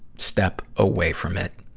step away from it.